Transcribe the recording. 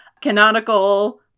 canonical